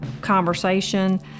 conversation